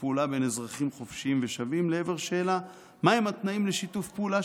פעולה בין אזרחים חופשיים ושווים אל עבר השאלה מהם התנאים לשיתוף פעולה